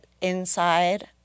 inside